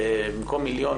במקום מיליון,